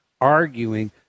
arguing